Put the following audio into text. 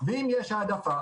ואם יש העדפה,